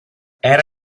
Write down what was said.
era